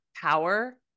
power